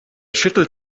schüttelt